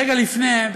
רגע לפני כן,